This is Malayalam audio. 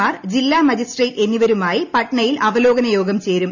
മാർ ജില്ല മജിസ്ട്രേറ്റ് എന്നിവരുമായി പട്നയിൽ അവലോകന യോഗം ചേരും